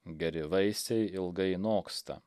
geri vaisiai ilgai noksta